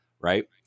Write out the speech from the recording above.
right